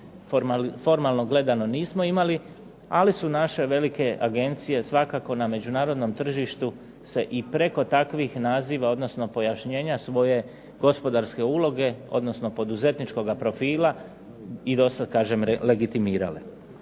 formalno gledano nismo imali, ali su naše velike agencije svakako na međunarodnom tržištu se i preko takvih naziva, odnosno pojašnjenja svoje gospodarske uloge, odnosno poduzetničkoga profila i dosad kažem legitimirale.